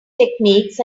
techniques